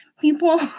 people